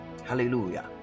Hallelujah